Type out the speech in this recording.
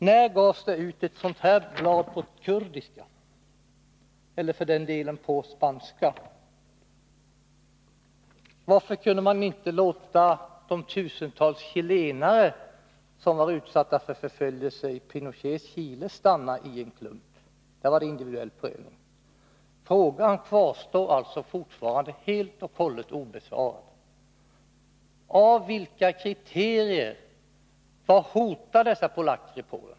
När gavs det ut ett sådant här blad på kurdiska eller för den delen på spanska? Varför kunde man inte låta de tusentals chilenare som varit utsatta för förföljelse i Pinochets Chile stanna i en klump? Där var det individuell prövning. Min fråga kvarstår helt och hållet obesvarad. Vilka kriterier har tillämpats? Vad hotar dessa polacker i Polen?